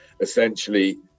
essentially